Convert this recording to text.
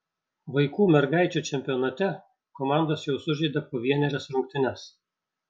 vaikų mergaičių čempionate komandos jau sužaidė po vienerias rungtynes